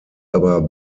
aber